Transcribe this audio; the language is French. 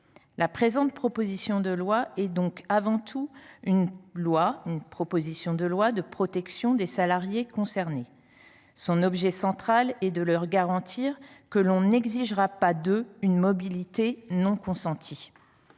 La présente proposition de loi est donc, avant tout, un texte de protection des salariés concernés. Son objet central est de garantir que l’on n’exigera pas d’eux une mobilité non consentie.